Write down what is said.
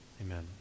Amen